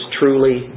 truly